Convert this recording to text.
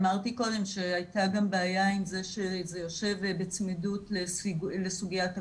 אמרתי קודם שהייתה גם בעיה עם זה שזה יושב בצמידות לסוגיית הקורונה,